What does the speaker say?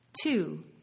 Two